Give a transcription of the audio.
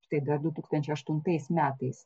štai dar du tūkstančiai aštuntais metais